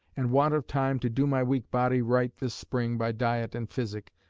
and want of time to do my weak body right this spring by diet and physic,